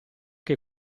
che